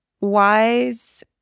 Wise